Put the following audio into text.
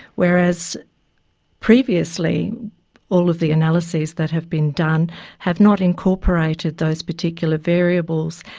whereas previously all of the analyses that have been done have not incorporated those particular variables,